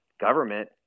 government